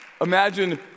imagine